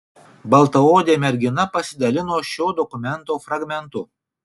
baltaodė mergina pasidalino šio dokumento fragmentu